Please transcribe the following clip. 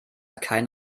kein